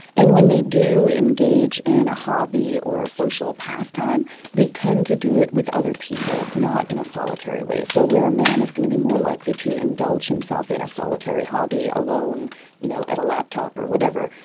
and when they do engage in a hobby or a social pastime they tend to do it with other people, not in a solitary way. so where a man is going to be more likely to indulge himself in a solitary hobby alone you know at a laptop or whatever,